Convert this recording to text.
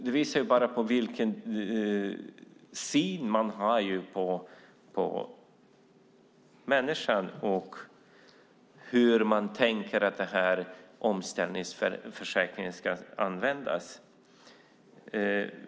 Det visar vilken syn man har på människan och hur man tänker sig att denna omställningsförsäkring ska användas.